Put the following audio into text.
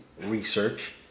research